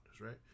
right